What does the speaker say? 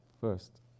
First